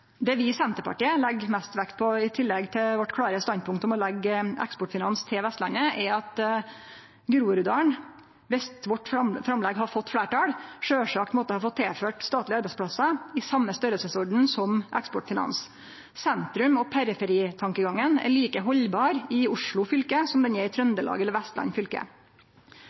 Det vi i Senterpartiet legg mest vekt på, i tillegg til vårt klare standpunkt om å leggje Eksportfinans til Vestlandet, er at Groruddalen, dersom vårt framlegg hadde fått fleirtal, sjølvsagt måtte ha fått tilført statlege arbeidsplassar i same storleiken som Eksportfinans. Sentrum–periferi-tankegangen er like haldbar i Oslo fylke som den er i Trøndelag eller Vestland fylke.